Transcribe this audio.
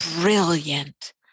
brilliant